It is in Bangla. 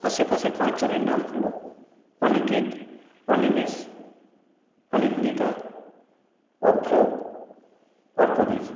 আশেপাশে পাঁচজনের নাম হলো অনিকেত অনিমেষ অনিন্দিতা অভ্র অর্কদীপ